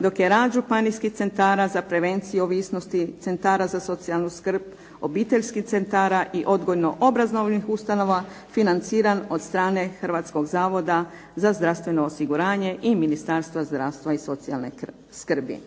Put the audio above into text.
dok je rad županijskih centara za prevenciju ovisnosti, centara za socijalnu skrb, obiteljskih centara i odgojno-obrazovnih ustanova financiran od strane Hrvatskog zavoda za zdravstveno osiguranje i Ministarstva zdravstva i socijalne skrbi.